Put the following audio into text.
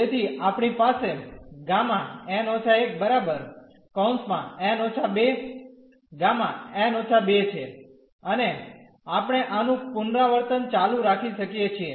તેથી આપણી પાસે Γ n − 1 n − 2 Γ n − 2 છે અને આપણે આનું પુનરાવર્તન ચાલુ રાખી શકીએ છીએ